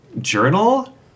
journal